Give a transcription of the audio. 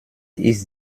ist